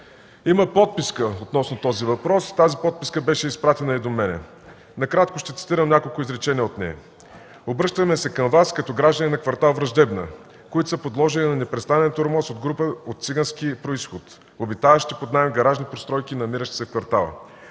Има подписка във връзка с този въпрос – тя беше изпратена и до мен. Ще цитирам няколко изречения от нея: „Обръщаме се към Вас като граждани на кв. „Враждебна”, които са подложени на непрестанен тормоз от група от цигански произход, обитаваща под наем гаражни постройки, намиращи се в квартала.